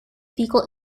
fecal